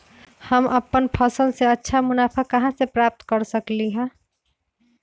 हम अपन फसल से अच्छा मुनाफा कहाँ से प्राप्त कर सकलियै ह?